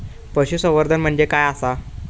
पशुसंवर्धन म्हणजे काय आसा?